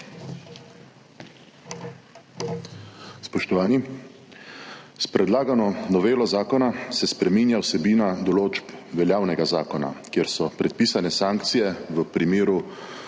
Spoštovani! S predlagano novelo zakona se spreminja vsebina določb veljavnega zakona, kjer so predpisane sankcije v primeru